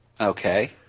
Okay